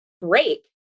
break